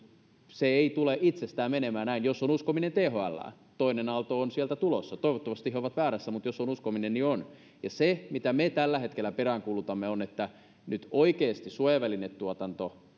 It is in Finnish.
se ei tule itsestään menemään näin jos on uskominen thlään toinen aalto on sieltä tulossa toivottavasti he ovat väärässä mutta jos on uskominen niin on tulossa se mitä me tällä hetkellä peräänkuulutamme on että nyt oikeasti suojavälinetuotanto pitää saada